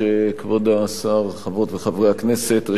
תודה רבה,